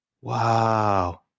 Wow